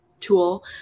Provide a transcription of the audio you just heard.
tool